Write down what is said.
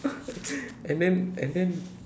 and then and then